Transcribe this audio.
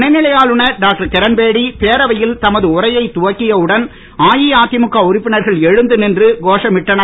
துணைநிலை ஆளுநர் டாக்டர் கிரண்பேடி பேரவையில் தமது உரையை துவங்கிய உடன் அஇஅதிமுக உறுப்பினர்கள் எழுந்து நின்று கோஷமிட்டனர்